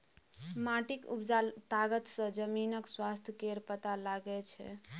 माटिक उपजा तागत सँ जमीनक स्वास्थ्य केर पता लगै छै